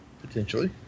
Potentially